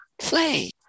play